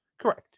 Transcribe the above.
Correct